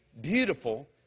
beautiful